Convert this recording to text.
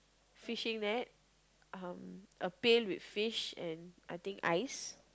fishing net um a pail with fish and I think ice